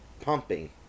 pumping